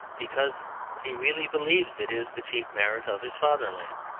because he really believes it is the chief merit of his fatherland.